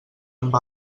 amb